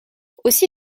aussi